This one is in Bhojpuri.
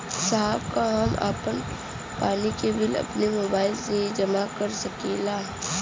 साहब का हम पानी के बिल अपने मोबाइल से ही जमा कर सकेला?